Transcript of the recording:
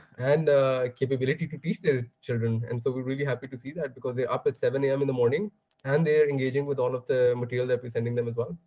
and capability to teach their children. and so we're really happy to see that, because they're up at seven a m. in the morning and they are engaging with all of the material we're presenting them as well.